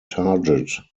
target